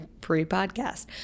pre-podcast